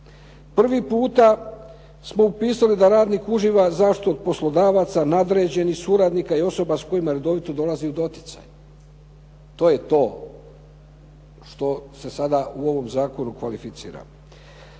Prvi puta smo upisali da radnik uživa zaštitu od poslodavaca, nadređenih suradnika i osoba s kojima redovito dolazi u doticaj. To je to što se sada u ovom zakonu kvalificira.